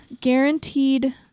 guaranteed